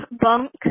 bunk